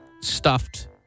stuffed